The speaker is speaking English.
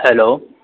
hello